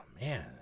man